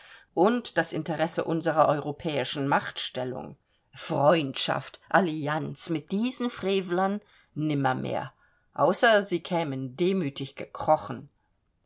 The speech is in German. und das interesse unserer europäischen machtstellung freundschaft allianz mit diesen frevlern nimmermehr außer sie kämen demütig gekrochen